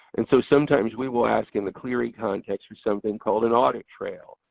and so sometimes we will ask in the clery context for something called an audit trail,